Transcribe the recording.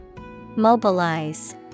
Mobilize